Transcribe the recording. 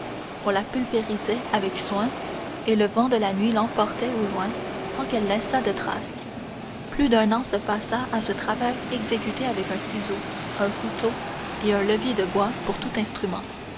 on la pulvérisait avec soin et le vent de la nuit l'emportait au loin sans qu'elle laissât de traces plus d'un an se passa à ce travail exécuté avec un ciseau un couteau et un levier de bois pour tous instruments